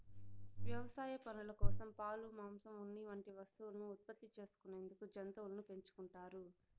వ్యవసాయ పనుల కోసం, పాలు, మాంసం, ఉన్ని వంటి వస్తువులను ఉత్పత్తి చేసుకునేందుకు జంతువులను పెంచుకుంటారు